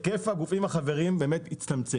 היקף הגופים החברים הצטמצם.